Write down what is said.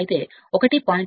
5 weber మీటర్2 కి